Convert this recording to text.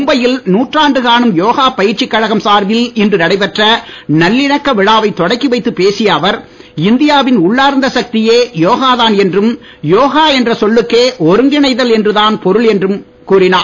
மும்பை யில் நூற்றாண்டு காணும் யோகா பயிற்சிக் கழகம் சார்பில் இன்று நடைபெற்ற நல்லிணக்க விழாவை தொடக்கிவைத்துப் பேசிய அவர் இந்தியா வின் உள்ளார்ந்த சக்திகுயே யோகாதான் என்றும் யோகா என்ற சொல்லுக்கே ஒருங்கிணைதல் என்றுதான் பொருள் என்றும் கூறினார்